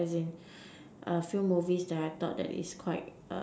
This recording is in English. as in a few movies that I thought that is quite